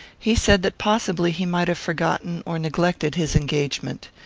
he said that possibly he might have forgotten or neglected his engagement.